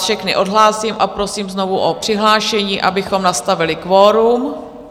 Všechny vás odhlásím a prosím znovu o přihlášení, abychom nastavili kvorum.